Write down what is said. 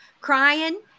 crying